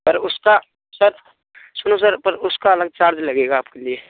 sir उसका sir सुनो sir पर उसका अलग चार्ज लगेगा आपके लिए